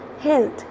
health